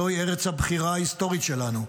זוהי ארץ הבחירה ההיסטורית שלנו,